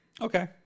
Okay